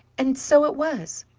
and so it was!